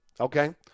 Okay